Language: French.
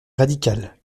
radical